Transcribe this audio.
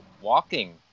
walking